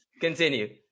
continue